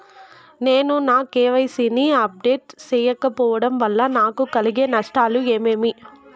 నేను నా కె.వై.సి ని అప్డేట్ సేయకపోవడం వల్ల నాకు కలిగే నష్టాలు ఏమేమీ?